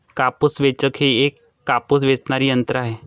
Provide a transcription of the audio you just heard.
कापूस वेचक हे एक कापूस वेचणारे यंत्र आहे